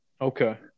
Okay